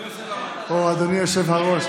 או "אדוני יושב-הראש,